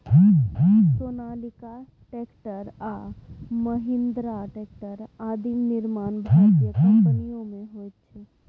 Sonalika tractor आ Mahindra tractor आदिक निर्माण भारतीय कम्पनीमे होइत छै